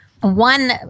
One